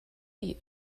you